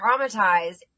traumatized